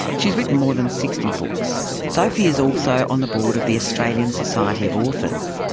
she's written more than sixty books. sophie is also on the board of the australian society of authors.